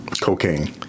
Cocaine